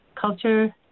culture